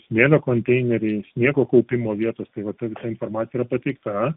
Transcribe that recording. smėlio konteineriai sniego kaupimo vietos tai va ta visa informacija yra pateikta